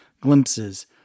glimpses